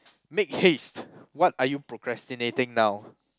make haste what are you procrastinating now